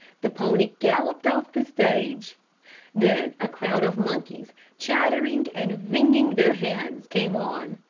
the pony galloped off the stage then a crowd of monkeys, chattering and wringing their hands, came on.